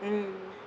mm